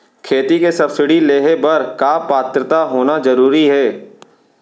खेती के सब्सिडी लेहे बर का पात्रता होना जरूरी हे?